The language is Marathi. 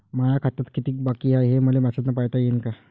माया खात्यात कितीक बाकी हाय, हे मले मेसेजन पायता येईन का?